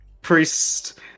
Priest